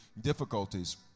difficulties